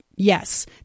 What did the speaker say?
Yes